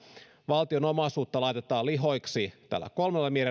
valtion omaisuutta laitetaan lihoiksi tällä kolmella